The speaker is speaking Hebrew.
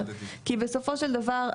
כי בסופו של דבר,